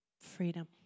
freedom